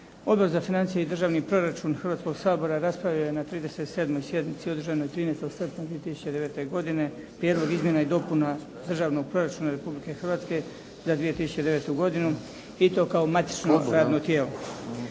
Odbor za financije i državni proračun Hrvatskoga sabora raspravio je na 37. sjednici održanoj 13. srpnja 2009. godine Prijedlog izmjena i dopuna Državnog proračuna Republike Hrvatske za 2009. godinu i to kao matično radno tijelo.